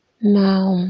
now